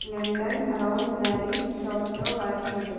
London Rome Paris Tokyo Washington